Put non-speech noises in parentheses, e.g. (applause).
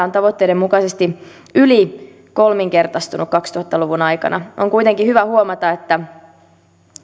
(unintelligible) on tavoitteiden mukaisesti yli kolminkertaistunut kaksituhatta luvun aikana on kuitenkin hyvä huomata että